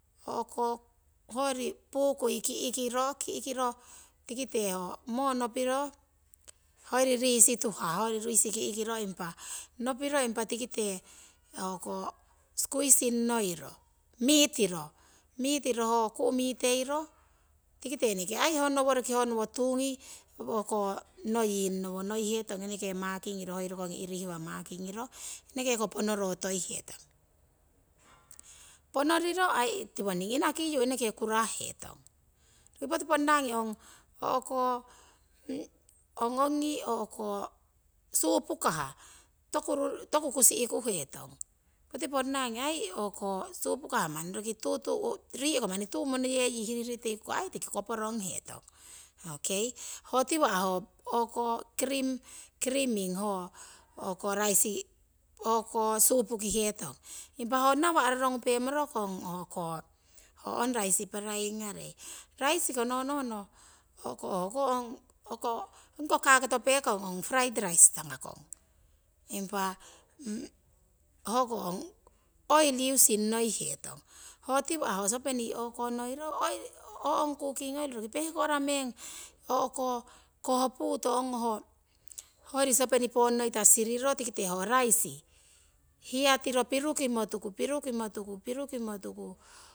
Ho ko hoyori pukui ki'kiro, ki'kiro tikite ho mo nopiro hoyori riisi tuhah, hoyori riisi ki'kiro impa tikite squeezing ngoiro mitiro ho ku'. miteiro tikite ai roki honowo tu'ki ngoying nowo noihetong eneke makingiro hoi rokong irihwa makingiro eneke ko ponorihetong, ponoriro ai. eneke tiwonining inakiyu kurah hetong. Roki poti ponnangi ong ongi hoko supukah toku ai manni roki tuu rikoh monoyeyi hirihiri tikuko ai. tiki koporong hetong. Okei ho tiwo ho o'ko kiriming, raising supukihetong impa ho nawa' rorongupe morokong hoko ho ong raisi paraiying ngarei. Raisiko nonohno hoko ong, ongi koh kakotopekong ong "fried rice" tangakong. Impa hoko ong oiri using ngoihetong, ho tiwoning ho ong sosopeni o'konoiro ho ong cooking oil roki pehko'ra meng koh puto ongoh hoyori sosopeni. ponnoita siriro tikite ho raisi hiyatiro pirukimo tuku pirukimo tuku pirukimo tuku